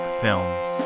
films